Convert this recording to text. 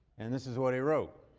and this is what he wrote.